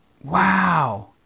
Wow